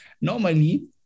Normally